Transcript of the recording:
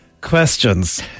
questions